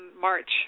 March